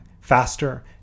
faster